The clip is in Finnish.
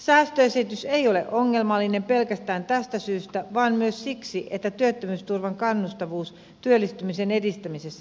säästöesitys ei ole ongelmallinen pelkästään tästä syystä vaan myös siksi että työttömyysturvan kannustavuus työllistymisen edistämisessä heikkenee